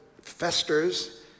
festers